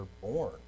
born